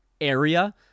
area